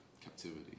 captivity